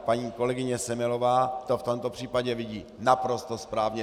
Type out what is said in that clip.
Paní kolegyně Semelová to v tomto případě vidí naprosto správně.